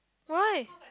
why